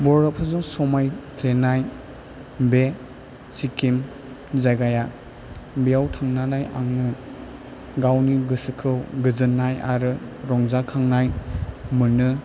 बरफफोरजों समायफ्लेनाय बे सिक्किम जायगाया बेयाव थांनानै आङो गावनि गोसोखौ गोजोन्नाय आरो रंजा खांनाय मोनो